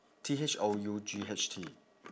T H O U G H T